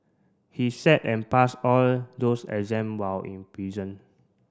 he sat and passed all those exam while in prison